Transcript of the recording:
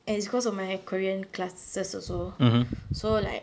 and it's because of my korean classes also so like